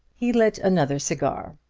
he lit another cigar,